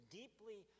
deeply